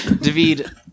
David